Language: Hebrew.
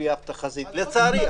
לצערי.